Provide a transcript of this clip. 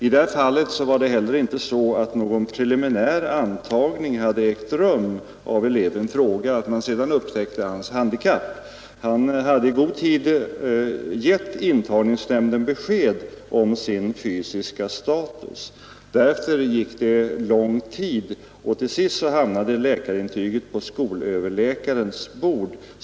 I det här fallet hade inte heller någon preliminär antagning ägt rum av eleven i fråga och man sedan upptäckte hans handikapp, utan han hade i god tid gett intagningsnämnden besked om sin fysiska status. Därefter förflöt lång tid och till sist hamnade läkarintyget på skolöverläkarens bord.